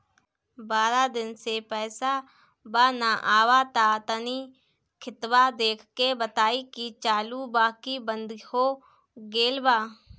बारा दिन से पैसा बा न आबा ता तनी ख्ताबा देख के बताई की चालु बा की बंद हों गेल बा?